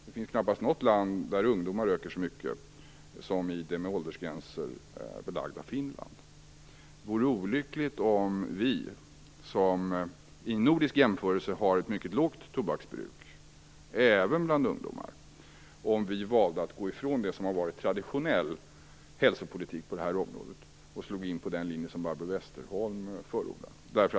Det finns knappast något annat land där ungdomar röker så mycket som i det med åldersgränser belagda Finland. Det vore olyckligt om vi, som vid en nordisk jämförelse har ett mycket lågt tobaksbruk även bland ungdomar, valde att gå ifrån det som har varit traditionell hälsopolitik på det här området och slog in på den linje som Barbro Westerholm förordar.